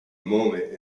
moment